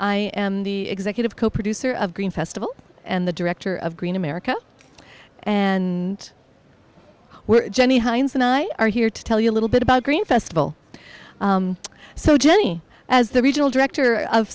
i am the executive co producer of green festival and the director of green america and well jenny hines and i are here to tell you a little bit about green festival so jenny as the regional director of